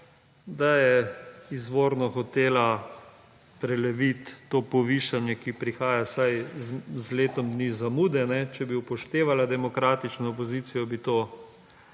da je izvorno hotela preleviti to povišanje, ki prihaja z letom dni zamude. Če bi upošteva demokratično opozicijo bi to